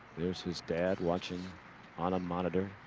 this is dad watching on a monitor.